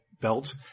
belt